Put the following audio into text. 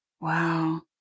Wow